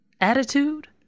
Attitude